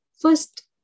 First